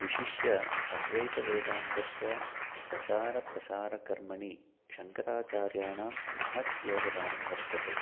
विशिष्य अद्वैतवेदान्तस्य प्रचारप्रसारकर्मणि शङ्कराचार्याणां महत् योगदानं वर्तते